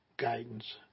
guidance